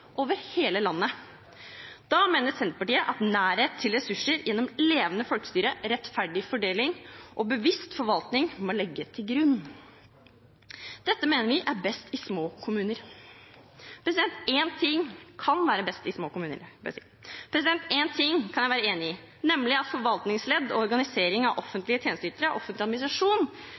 over hele landet. Da mener Senterpartiet at nærhet til ressurser gjennom levende folkestyre, rettferdig fordeling og bevisst forvaltning må legges til grunn. Dette mener vi er best i små kommuner. Én ting kan jeg være enig i, nemlig at forvaltningsledd og organisering av offentlige tjenesteytere, offentlig administrasjon,